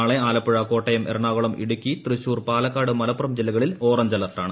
നാളെ ആലപ്പുഴ കോട്ടയം എറണാകുളം ഇടുക്കി തൃശൂർ പാലക്കാട് മലപ്പുറം ജില്ലകളിൽ orange alert ആണ്